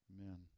Amen